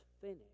finish